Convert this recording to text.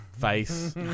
face